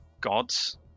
Gods